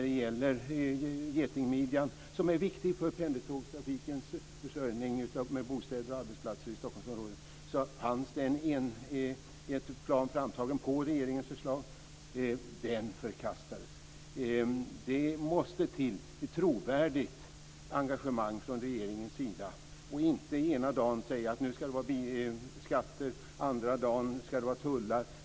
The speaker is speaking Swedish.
Den s.k. getingmidjan är viktig för pendeltågstrafikens försörjning med tanke på bostäder och arbetsplatser i Stockholmsområdet. En plan fanns framtagen, på regeringens förslag, men den förkastades. Det måste till ett trovärdigt engagemang från regeringens sida. Det går inte att ena dagen säga att det ska vara skatter och andra dagen säga att det ska vara tullar.